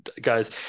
guys